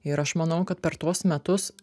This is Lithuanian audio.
ir aš manau kad per tuos metus